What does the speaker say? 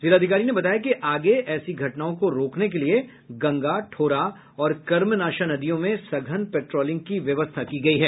जिलाधिकारी ने बताया कि आगे ऐसी घटनाओं को रोकने के लिए गंगा ठोरा और कर्मनाशा नदियों में सघन पेट्रोलिंग की व्यवस्था की गई है